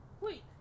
Wait